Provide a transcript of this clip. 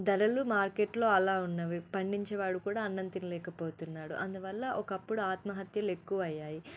ధరలు మార్కెట్లో అలా ఉన్నవి పండించేవాడు కూడా అన్నం తినలేకపోతున్నాడు అందువల్ల ఒకప్పుడు ఆత్మహత్యలు ఎక్కువ అయ్యాయి